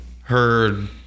heard